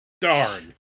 darn